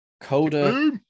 Coda